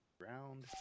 round